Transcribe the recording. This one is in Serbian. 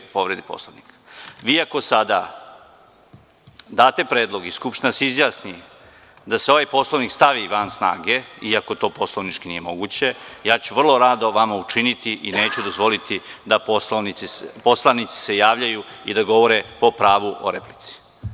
Ako sada date predlog i Skupština se izjasni da se ovaj Poslovnik stavi van snage, i ako to poslovnički nije moguće, vrlo rado ću vam učiniti i neću dozvoliti da se poslanici javljaju i da govore po pravu o replici.